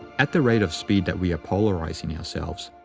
at the rate of speed that we are polarizing ourselves,